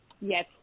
Yes